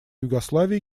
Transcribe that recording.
югославии